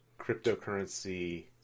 cryptocurrency